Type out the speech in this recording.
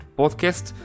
podcast